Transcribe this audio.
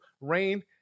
Rain